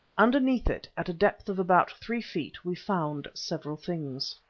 underneath it, at a depth of about three feet, we found several things.